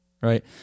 right